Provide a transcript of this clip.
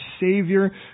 savior